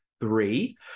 three